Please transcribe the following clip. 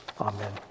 Amen